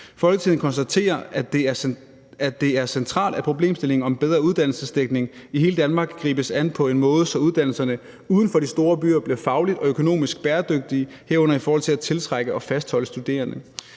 Folketinget konstaterer, at det er centralt, at problemstillingen om bedre uddannelsesdækning i hele Danmark gribes an på en måde, så uddannelserne uden for de store byer bliver fagligt og økonomisk bæredygtige, herunder i forhold til at tiltrække og fastholde studerende.